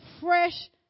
fresh